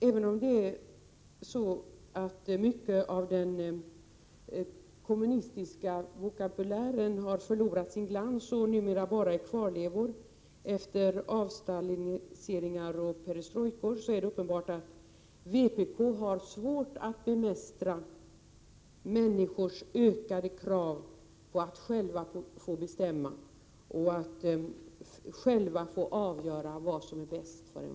Även om mycket av den kommunistiska vokabulären har förlorat sin glans och numera bara är kvarlevor efter avstalinisering och perestrojka är det uppenbart att vpk har svårt att bemästra människors ökade krav på att själva få bestämma och själva avgöra vad som är bäst för dem.